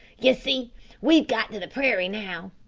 ye see we've got to the prairie now